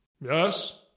Yes